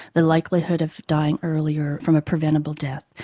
the likelihood of dying earlier from a preventable death.